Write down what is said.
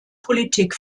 politik